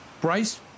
Bryce